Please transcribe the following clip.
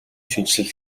шинэчлэл